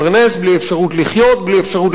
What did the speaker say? בלי אפשרות לחיות,